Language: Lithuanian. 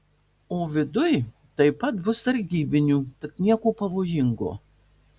o viduj taip pat bus sargybinių tad nieko pavojingo